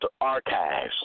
Archives